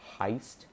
heist